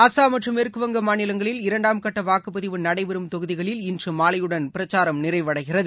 அசாம் மற்றும் மேற்குவங்க மாநிலங்களில் இரண்டாம் கட்டவாக்குப்பதிவு நடைபெறும் தொகுதிகளில் இன்றுமாலையுடன் பிரச்சாரம் நிறைவடைகிறது